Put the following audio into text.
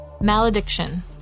Malediction